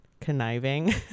conniving